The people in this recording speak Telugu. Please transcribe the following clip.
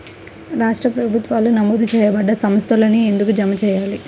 రాష్ట్ర ప్రభుత్వాలు నమోదు చేయబడ్డ సంస్థలలోనే ఎందుకు జమ చెయ్యాలి?